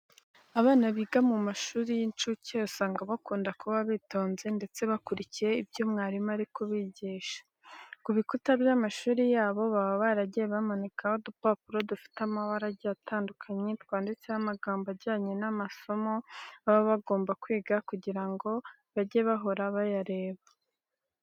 Abana biga mu mashuri y'inshuke usanga bakunda kuba bitonze ndetse bakurikiye ibyo mwarimu arimo kubigisha. Ku bikuta by'amashuri yabo baba baragiye bamanikaho udupapuro dufite amabara agiye atandukanye twanditseho amagambo ajyanye n'amasomo baba bagomba kwiga kugira ngo bajye bahora bayareba.